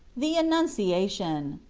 the annunciation.